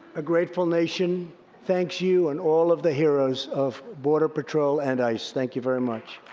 a grateful nation thanks you and all of the heroes of border patrol and ice. thank you very much.